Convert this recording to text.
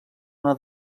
una